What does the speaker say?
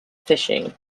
fishing